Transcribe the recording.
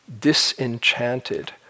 Disenchanted